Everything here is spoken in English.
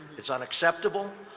it's unacceptable.